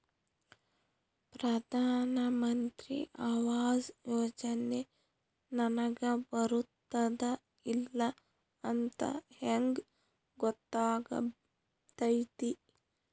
ಪ್ರಧಾನ ಮಂತ್ರಿ ಆವಾಸ್ ಯೋಜನೆ ನನಗ ಬರುತ್ತದ ಇಲ್ಲ ಅಂತ ಹೆಂಗ್ ಗೊತ್ತಾಗತೈತಿ?